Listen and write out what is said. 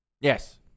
Yes